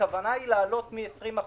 הכוונה היא לעלות מ-20%,